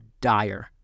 dire